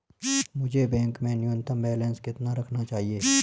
मुझे बैंक में न्यूनतम बैलेंस कितना रखना चाहिए?